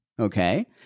Okay